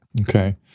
Okay